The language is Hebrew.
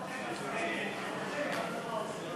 לא,